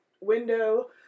window